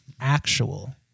actual